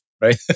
right